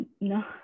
no